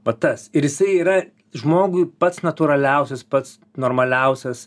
va tas ir jisai yra žmogui pats natūraliausias pats normaliausias